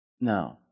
No